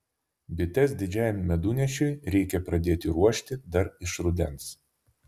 bites didžiajam medunešiui reikia pradėti ruošti dar iš rudens